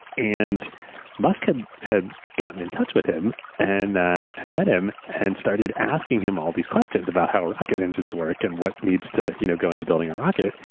and musk had had got and in touch with him, and ah and met him, and started asking him all these questions about how rocket engines work and what needs to you know go into building a rocket.